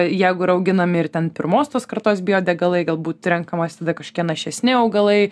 jeigu yra auginami ir ten pirmos tos kartos biodegalai galbūt renkamas tada kažkokie našesni augalai